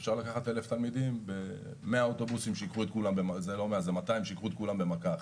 ואפשר לקחת אלף תלמידים ב-200 אוטובוסים שייקחו את כולם במכה אחת.